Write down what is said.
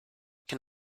can